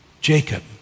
Jacob